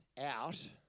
out